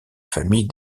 famille